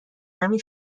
همین